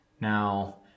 Now